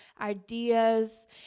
ideas